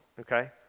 okay